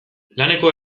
laneko